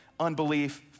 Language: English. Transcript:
unbelief